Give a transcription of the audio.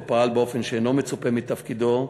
או שפעל באופן שאינו מצופה מתפקידו,